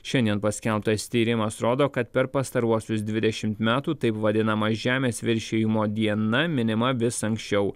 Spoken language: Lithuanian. šiandien paskelbtas tyrimas rodo kad per pastaruosius dvidešimt metų taip vadinama žemės viršijimo diena minima vis anksčiau